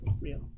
real